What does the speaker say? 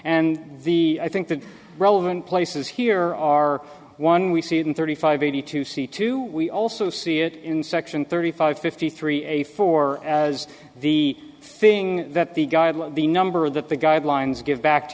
and the i think the relevant places here are one we see it in thirty five eighty two c two we also see it in section thirty five fifty three eighty four as the thing that the guidelines the number that the guidelines give back